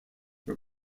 were